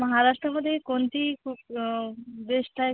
महाराष्ट्रामध्ये कोणती बेश्ट हाय